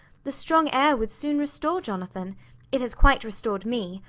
the strong air would soon restore jonathan it has quite restored me.